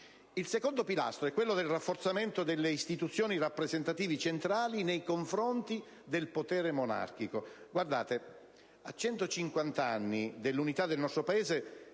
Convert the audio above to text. Il secondo pilastro è quello del rafforzamento delle istituzioni rappresentative centrali nei confronti del potere monarchico. Guardate, a 150 anni dall'Unità del nostro Paese